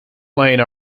lane